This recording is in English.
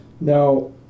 Now